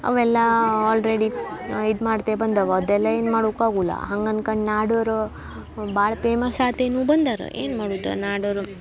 ಅವೆಲ್ಲ ಆಲ್ರೆಡಿ ಇದು ಮಾಡ್ತಾ ಬಂದವ ಅದೆಲ್ಲ ಏನೂ ಮಾಡುಕ್ಕೆ ಆಗುಲ್ಲ ಹಂಗೆ ಅನ್ಕೊಂಡು ನಾಡೋರು ಭಾಳ ಪೇಮಸ್ ಆತೇನು ಬಂದರು ಏನು ಮಾಡುದು ನಾಡೋರು